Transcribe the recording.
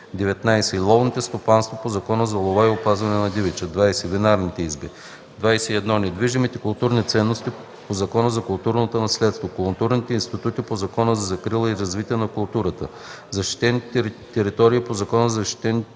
19. ловните стопанства по Закона за лова и опазване на дивеча; 20. винарните изби; 21. недвижимите културни ценности по Закона за културното наследство, културните институти по Закона за закрила и развитие на културата, защитените територии по Закона за защитените